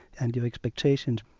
and expectations